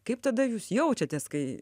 kaip tada jūs jaučiatės kai